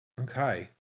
Okay